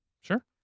Sure